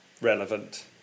relevant